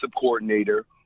coordinator